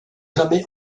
jamais